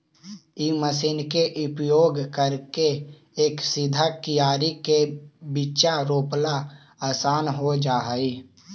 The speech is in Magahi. इ मशीन के उपयोग करके एक सीधा कियारी में बीचा रोपला असान हो जा हई